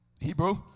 Hebrew